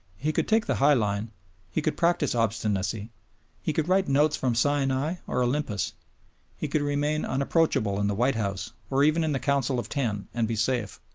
he could take the high line he could practise obstinacy he could write notes from sinai or olympus he could remain unapproachable in the white house or even in the council of ten and be safe.